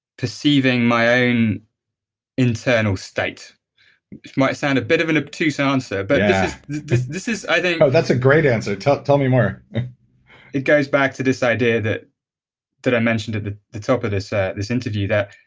perceiving my own internal state. it might sound a bit of an obtuse ah answer, but this this is, i think no, that's a great answer. tell me more it goes back to this idea that did i mentioned at the the top of this ah this interview, that